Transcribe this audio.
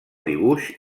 dibuix